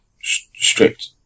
strict